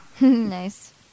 Nice